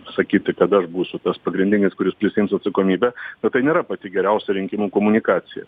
sakyti kad aš būsiu tas pagrindinis kuris prisiims atsakomybę nu tai nėra pati geriausia rinkimų komunikacija